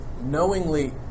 knowingly